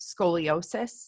scoliosis